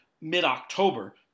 mid-October